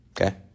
Okay